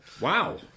Wow